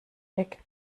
weg